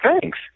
Thanks